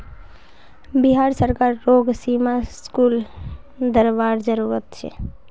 बिहार सरकार रोग सीमा शुल्क बरवार जरूरत छे